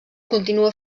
continua